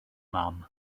mam